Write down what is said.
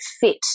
fit